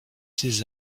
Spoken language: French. ses